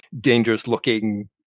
dangerous-looking